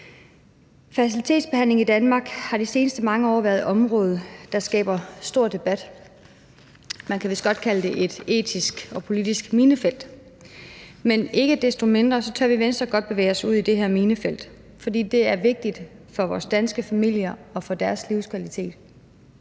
Fertilitetsbehandlingen i Danmark har de seneste mange år været et område, der skaber stor debat. Man kan vist godt kalde det et etisk og politisk minefelt. Men ikke desto mindre tør vi i Venstre godt bevæge os ud i det her minefelt, for det er vigtigt for danske familier og deres livskvalitet.